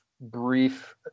brief